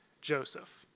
Joseph